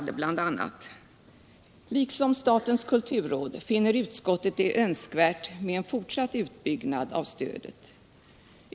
"Liksom statens kulturråd finner utskottet det önskvärt med en fortsatt - utbyggnad av stödet.